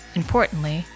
importantly